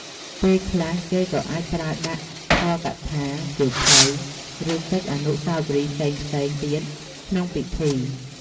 ពេលខ្លះគេក៏អាចប្រើដាក់ ធម៌កថា, សៀវភៅ, ឬកិច្ចអនុស្សាវរីយ៍ផ្សេងៗទៀតក្នុងពិធី។